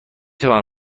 توانم